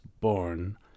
born